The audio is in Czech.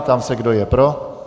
Ptám se, kdo je pro.